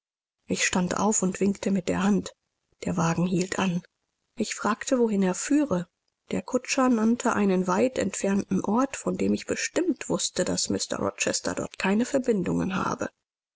ich stand auf und winkte mit der hand der wagen hielt an ich fragte wohin er führe der kutscher nannte einen weit entfernten ort von dem ich bestimmt wußte daß mr rochester dort keine verbindungen habe